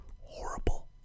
horrible